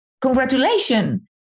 Congratulations